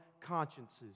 consciences